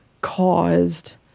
caused